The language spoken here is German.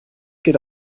geht